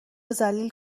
ذلیل